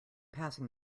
passing